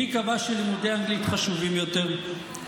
מי קבע שלימודי אנגלית חשובים יותר?